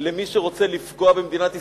למי שרוצה לפגוע במדינת ישראל,